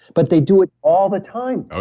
but they do it all the time. ah